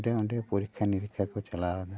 ᱚᱸᱰᱮ ᱚᱸᱰᱮ ᱯᱚᱨᱤᱠᱷᱟ ᱱᱤᱨᱤᱠᱷᱟ ᱠᱚ ᱪᱟᱞᱟᱣ ᱮᱫᱟ